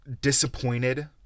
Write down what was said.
disappointed